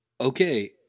okay